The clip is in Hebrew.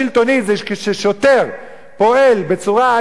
אלימות שלטונית זה כששוטר פועל בצורה אלימה,